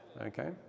Okay